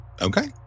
Okay